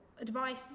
advice